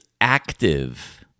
active